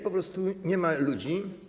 Po prostu nie ma ludzi.